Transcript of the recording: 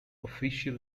official